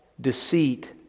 deceit